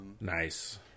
Nice